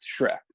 Shrek